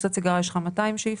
בקופסת סיגריות יש 200 שאיפות.